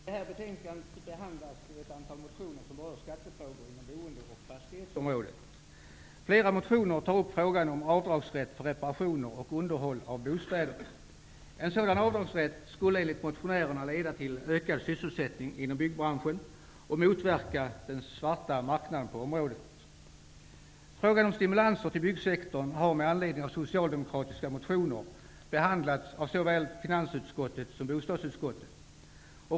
Herr talman! I det här betänkandet behandlas ett antal motioner som berör skattefrågor inom boende och fastighetsområdet. Flera motioner tar upp frågan om avdragsrätt för reparationer och underhåll av bostäder. En sådan avdragsrätt skulle enligt motionärerna leda till ökad sysselsättning inom byggbranschen och motverka den svarta marknaden på området. Frågan om stimulanser till byggsektorn har med anledning av socialdemokratiska motioner behandlats av såväl finansutskottet som bostadsutskottet.